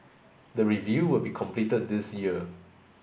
the review will be completed this year